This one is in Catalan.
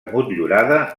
motllurada